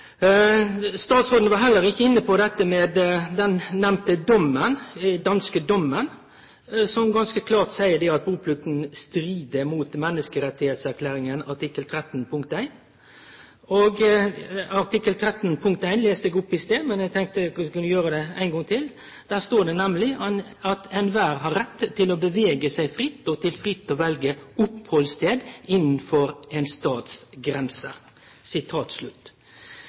Statsråden var heller ikkje inne på den nemnde danske dommen, som ganske klart seier at buplikta strir mot menneskerettserklæringa artikkel 13 punkt 1. Artikkel 13 punkt 1 las eg opp i stad, men eg tenkte eg kunne gjere det ein gong til. Der står det nemleg: «Enhver har rett til å bevege seg fritt og til fritt å velge oppholdssted innenfor en stats grenser.» Det er vanskeleg å sjå at denne artikkelen her samsvarer med buplikt. Det har ein